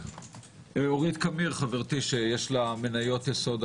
ולאורית קמיר חברתי שיש לה מניות יסוד,